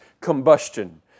combustion